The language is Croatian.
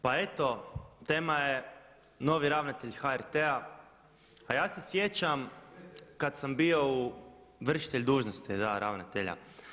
Pa eto tema je novi ravnatelj HRT-a a ja se sjećam kad sam bio vršitelj dužnosti, da ravnatelja.